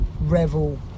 Revel